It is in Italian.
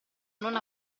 non